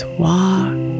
walk